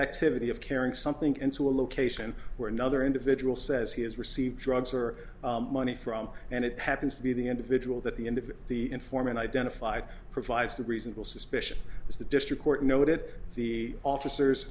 activity of carrying something into a location where another individual says he has received drugs or money from and it happens to be the individual that the end of the informant identified provides that reasonable suspicion is the district court noted the officers